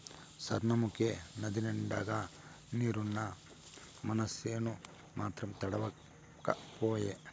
సార్నముకే నదినిండుగా నీరున్నా మనసేను మాత్రం తడవక పాయే